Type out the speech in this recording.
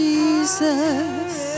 Jesus